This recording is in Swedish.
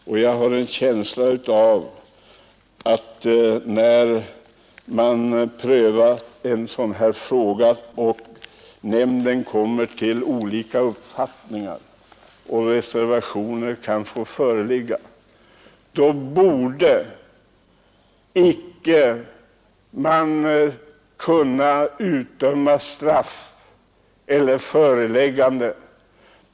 När nämnden behandlar ett sådant här ärende kan nämndens ledamöter komma till olika uppfattningar, och reservationer kan föreligga. Man borde då icke kunna utdöma straff eller föreläggande.